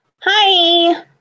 Hi